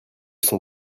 son